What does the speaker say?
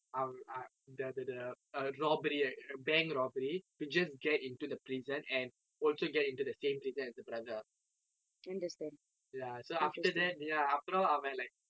ah ah the the the err robbery a bank robbery to just get into the prison and want to get into the same prison as the brother ya so after that ya அப்புறம் அவன்:appuram avan like